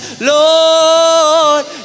Lord